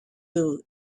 blue